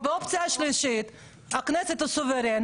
האופציה השלישית: הכנסת היא סוברנית,